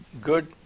good